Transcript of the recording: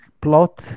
plot